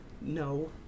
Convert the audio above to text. No